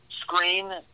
screen